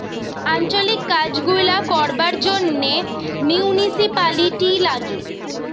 আঞ্চলিক কাজ গুলা করবার জন্যে মিউনিসিপালিটি লাগে